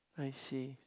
I see